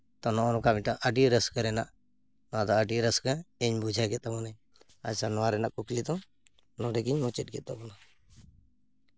ᱛᱚ ᱱᱚᱜᱼᱚᱭ ᱱᱚᱝᱠᱟ ᱢᱤᱫᱴᱟᱝ ᱟᱹᱰᱤ ᱨᱟᱹᱥᱠᱟᱹ ᱨᱮᱱᱟᱜ ᱱᱚᱣᱟᱫᱚ ᱟᱹᱰᱤ ᱨᱟᱹᱥᱠᱟᱹᱜᱮ ᱤᱧ ᱵᱩᱡᱷᱟᱹᱣ ᱠᱮᱜ ᱛᱟᱵᱳᱱᱟ ᱟᱪᱪᱷᱟ ᱱᱚᱣᱟ ᱨᱮᱱᱟᱜ ᱠᱩᱠᱞᱤ ᱫᱚ ᱱᱚᱰᱮ ᱜᱮᱧ ᱢᱩᱪᱟᱹᱫ ᱠᱮᱜ ᱛᱟᱵᱳᱱᱟ